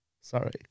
Sorry